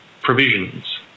provisions